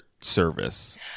Service